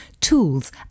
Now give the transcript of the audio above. tools